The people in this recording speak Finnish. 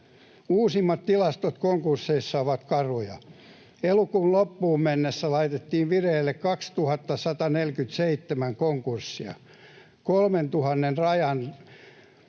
Uusimmat tilastot konkursseista ovat karuja. Elokuun loppuun mennessä laitettiin vireille 2 147 konkurssia.